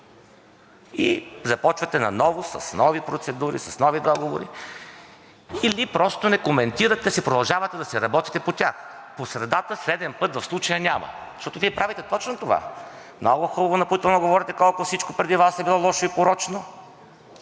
и започвате наново, с нови процедури, с нови договори, или просто не коментирате, а продължавате да си работите по тях. По средата, среден път в случая няма! Защото Вие правите точно това – много хубаво и напоително говорите колко всичко преди Вас е било лошо и порочно,